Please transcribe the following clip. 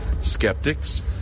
skeptics